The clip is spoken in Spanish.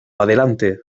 adelante